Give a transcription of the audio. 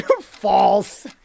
False